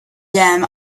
them